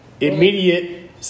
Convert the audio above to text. Immediate